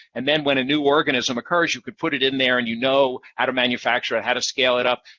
and then, when a new organism occurs, you can put it in there and you know how to manufacture it, how to scale it up.